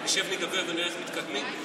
נשב, נדבר ונראה איך מתקדמים?